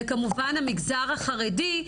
וכמובן המגזר החרדי,